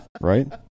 Right